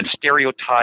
stereotypes